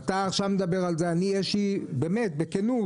אתה עכשיו מדבר על זה אני יש לי באמת בכנות